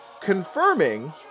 confirming